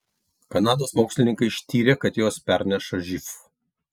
kanados mokslininkai ištyrė kad jos perneša živ